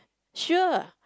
sure